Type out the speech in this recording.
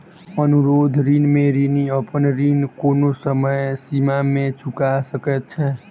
अनुरोध ऋण में ऋणी अपन ऋण कोनो समय सीमा में चूका सकैत छै